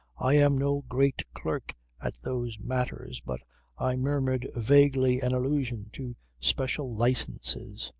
i am no great clerk at those matters but i murmured vaguely an allusion to special licences.